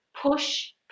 push